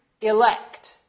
elect